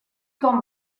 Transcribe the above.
con